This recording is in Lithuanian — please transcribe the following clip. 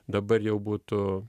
dabar jau būtų